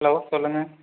hello சொல்லுங்கள்